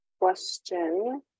question